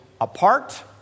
apart